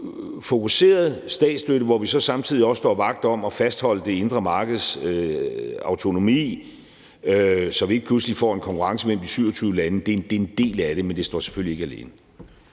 fokuseret statsstøtte, hvor vi så samtidig også står vagt om at fastholde det indre markeds autonomi, så vi ikke pludselig får en konkurrence mellem de 27 lande, er en del af det, men det står selvfølgelig ikke alene.